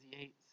eight